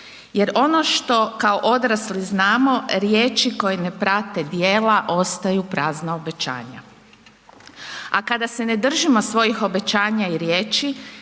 Jer ono što kao odrasli znamo, riječi koje ne prate djela ostaju prazna obećanja. A kada se ne držimo svojih obećanja i riječi